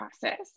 process